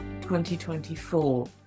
2024